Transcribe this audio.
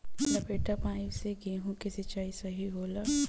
लपेटा पाइप से गेहूँ के सिचाई सही होला?